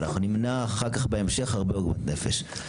ואנחנו נמנע אחר כך בהמשך הרבה עוגמת נפש.